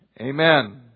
Amen